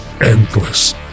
endless